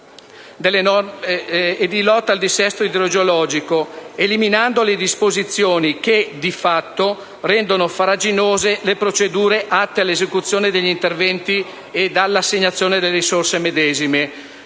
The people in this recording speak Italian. e di lotta al dissesto idrogeologico, eliminando le disposizioni che, di fatto, rendono farraginose le procedure atte all'esecuzione degli interventi ed all'assegnazione delle risorse medesime.